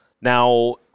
Now